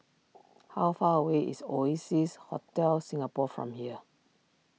how far away is Oasis Hotel Singapore from here